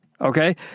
okay